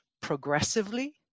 progressively